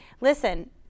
Listen